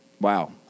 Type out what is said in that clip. Wow